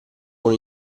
con